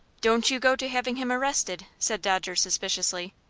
don't you go to having him arrested, said dodger, suspiciously.